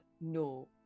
no